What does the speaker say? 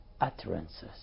utterances